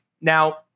Now